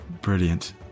Brilliant